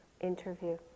interview